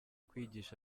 kwigisha